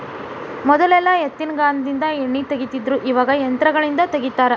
ಮೊದಲೆಲ್ಲಾ ಎತ್ತಿನಗಾನದಿಂದ ಎಣ್ಣಿ ತಗಿತಿದ್ರು ಇವಾಗ ಯಂತ್ರಗಳಿಂದ ತಗಿತಾರ